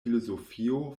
filozofio